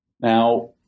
Now